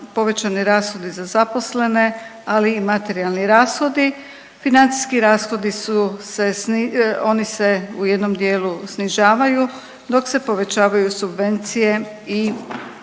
povećani rashodi za zaposlene, ali i materijalni rashodi. Financijski rashodi su se, oni se u jednom dijelu snižavaju dok se u povećavaju subvencije i naknade